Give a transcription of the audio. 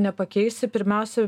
nepakeisi pirmiausia